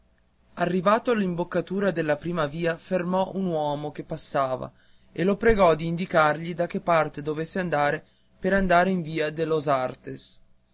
arrivato all'imboccatura della prima via fermò un uomo che passava e lo pregò di indicargli da che parte dovesse prendere per andar in via de los artes